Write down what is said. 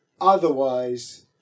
Otherwise